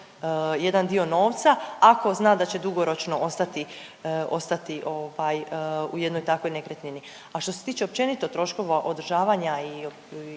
jedan dio novca, ako zna da će dugoročno ostati, ostati ovaj u jednoj takvoj nekretnini. A što se tiče općenito troškova održavanja i